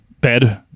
bed